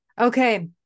Okay